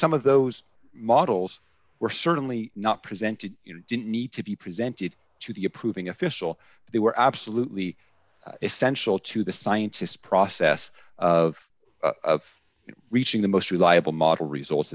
some of those models were certainly not presented you know didn't need to be presented to the approving official they were absolutely essential to the scientists process of reaching the most reliable model results